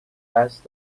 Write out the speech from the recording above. قصد